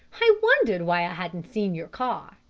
i wondered why i hadn't seen your car.